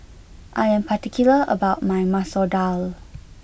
I am particular about my Masoor Dal